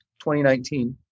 2019